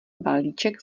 balíček